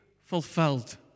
fulfilled